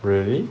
really